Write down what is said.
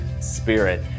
Spirit